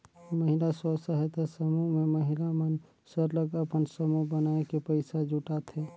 महिला स्व सहायता समूह में महिला मन सरलग अपन समूह बनाए के पइसा जुटाथें